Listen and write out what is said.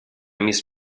miss